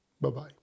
bye-bye